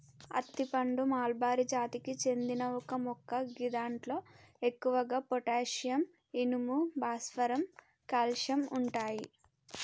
అత్తి పండు మల్బరి జాతికి చెందిన ఒక మొక్క గిదాంట్లో ఎక్కువగా పొటాషియం, ఇనుము, భాస్వరం, కాల్షియం ఉంటయి